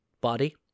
body